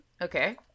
Okay